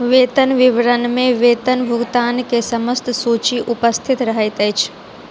वेतन विवरण में वेतन भुगतान के समस्त सूचि उपस्थित रहैत अछि